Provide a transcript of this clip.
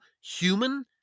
human